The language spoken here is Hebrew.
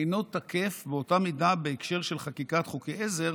אינו תקף באותה מידה בהקשר של חקיקת חוקי עזר,